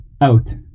out